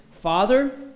Father